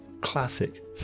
Classic